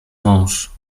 mąż